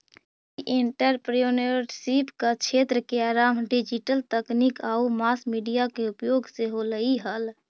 ई entrepreneurship क्क्षेत्र के आरंभ डिजिटल तकनीक आउ मास मीडिया के उपयोग से होलइ हल